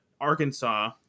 Arkansas